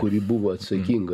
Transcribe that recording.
kuri buvo atsakinga